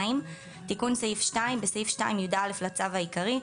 תיקון סעיף 2 2. בסעיף 2(יא) לצו העיקרי,